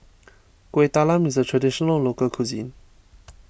Kueh Talam is a Traditional Local Cuisine